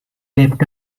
left